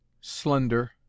slender